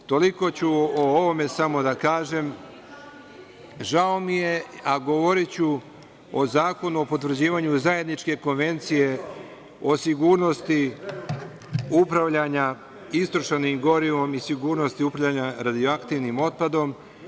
Toliko ću o ovome samo da kažem, žao mi je, a govoriću o Zakonu o potvrđivanju zajedničke Konvencije o sigurnosti upravljanja istrošenim gorivom i sigurnosti upravljanja radioaktivnim otpadom.